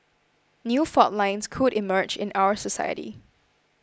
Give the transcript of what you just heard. new fault lines could emerge in our society